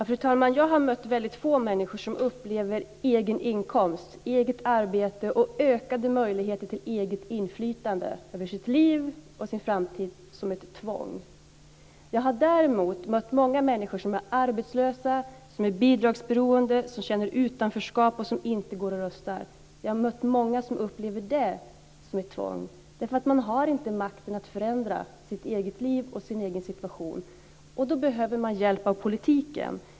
Fru talman! Jag har mött få människor som har upplevt egen inkomst, eget arbete och ökade möjligheter till eget inflytande över sitt liv och sin framtid som ett tvång. Jag har däremot mött många människor som är arbetslösa, som är bidragsberoende, som känner utanförskap och som inte går och röstar. Jag har mött många som upplever det som ett tvång. Man har inte makten att förändra sitt eget liv och sin egen situation. Då behöver de hjälp av politiken.